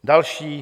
Další: